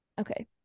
Okay